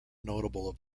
notable